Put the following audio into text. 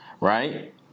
right